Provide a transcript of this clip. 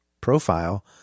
profile